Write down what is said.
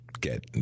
get